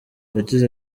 yagize